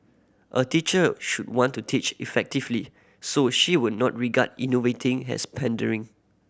a teacher should want to teach effectively so she would not regard innovating has pandering